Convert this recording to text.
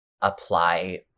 apply